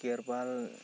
ᱜᱮᱨᱵᱟᱞ